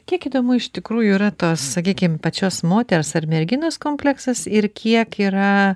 kiek įdomu iš tikrųjų yra tas sakykim pačios moters ar merginos kompleksas ir kiek yra